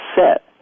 set